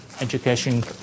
Education